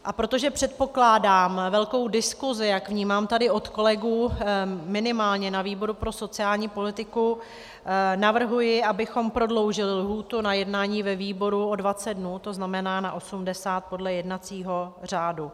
A protože předpokládám velkou diskusi, jak vnímám tady od kolegů, minimálně na výboru pro sociální politiku, navrhuji, abychom prodloužili lhůtu na jednání ve výboru o 20 dnů, to znamená na 80 podle jednacího řádu.